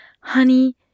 Honey